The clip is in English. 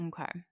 Okay